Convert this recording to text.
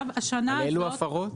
על אלו הפרות?